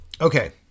okay